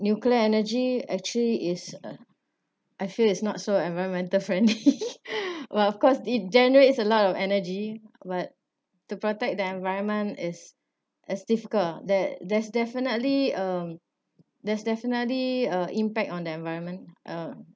nuclear energy actually is uh I feel it's not so environmental friendly well of course it generates a lot of energy but to protect the environment is as difficult that there's definitely um there's definitely uh impact on their environment uh